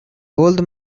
old